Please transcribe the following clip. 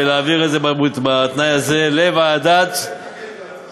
ולהעביר את זה בתנאי הזה לוועדת הרפורמות?